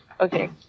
Okay